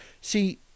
See